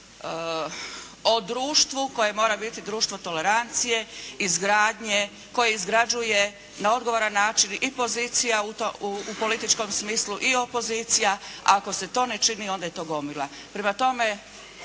o društvu koje mora biti društvo tolerancije, izgradnje, koje izgrađuje na odgovoran način i pozicija u političkom smislu i opozicija. Ako se to ne čini onda je to gomila.